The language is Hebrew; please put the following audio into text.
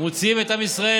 מוציאים את עם ישראל